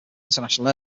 international